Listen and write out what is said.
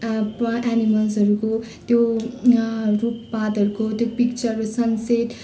प एनिमल्सहरूको त्यो रुख पातहरूको त्यो पिक्चर सन सेट